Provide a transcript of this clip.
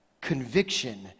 conviction